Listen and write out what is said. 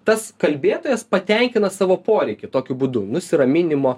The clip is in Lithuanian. tas kalbėtojas patenkina savo poreikį tokiu būdu nusiraminimo